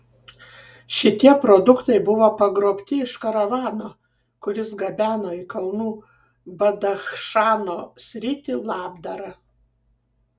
šitie produktai buvo pagrobti iš karavano kuris gabeno į kalnų badachšano sritį labdarą